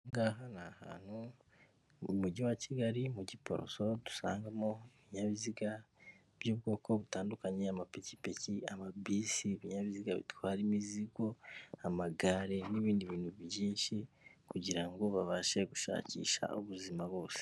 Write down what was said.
Ahangaha ni ahantu mu Mujyi wa Kigali. Mu Giporoso dusangamo ibinyabiziga by'ubwoko butandukanye; amapikipiki, amabisi, ibinyabiziga bitwara imizigo, amagare, n'ibindi bintu byinshi kugira ngo babashe gushakisha ubuzima bose.